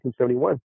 1971